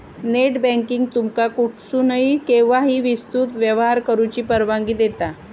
net banking तुमका कुठसूनही, केव्हाही विस्तृत व्यवहार करुची परवानगी देता